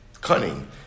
Cunning